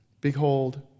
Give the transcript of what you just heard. Behold